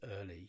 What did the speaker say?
early